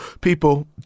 People